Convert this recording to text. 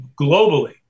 globally